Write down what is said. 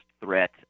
threat